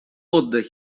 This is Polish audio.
oddech